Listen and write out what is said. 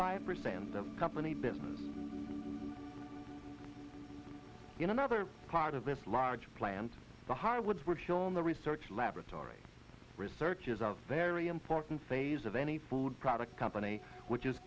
five percent in the company business in another part of this large plant the hardwoods were shown the research laboratory research is out there a important phase of any food product company which is